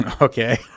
Okay